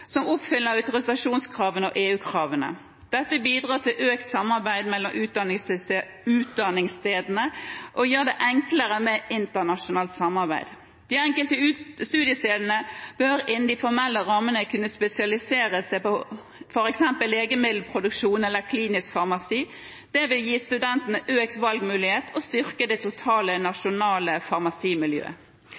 som oppfyller autorisasjonskravene og EU-kravene. Dette bidrar til økt samarbeid mellom utdanningsstedene og gjør det enklere med internasjonalt samarbeid. De enkelte studiestedene bør innen de formelle rammene kunne spesialisere seg på f.eks. legemiddelproduksjon eller klinisk farmasi. Det vil gi studentene økt valgmulighet og styrke det totale nasjonale farmasimiljøet.